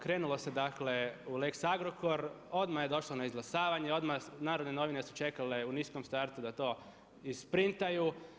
Krenulo se dakle u lex Agrokor, odmah je došlo na izglasavanje, odmah Narodne novine su čekale u niskom startu da to isprintaju.